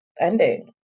ending